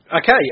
Okay